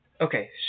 Okay